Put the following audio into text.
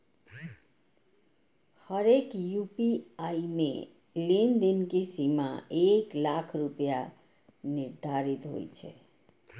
हरेक यू.पी.आई मे लेनदेन के सीमा एक लाख रुपैया निर्धारित होइ छै